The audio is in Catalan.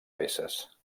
peces